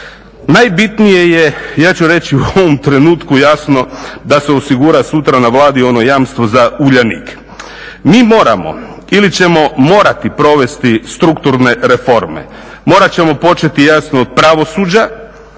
Najbitnije je, ja ću reći u ovom trenutku jasno da se osigura sutra na Vladi ono jamstvo za Uljanik. Mi moramo ili ćemo morati provesti strukturne reforme, morat ćemo početi jasno od pravosuđa